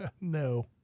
no